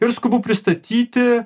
ir skubu pristatyti